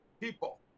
people